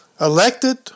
elected